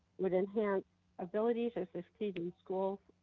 we don't have abilities of the students' school.